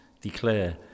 declare